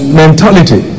mentality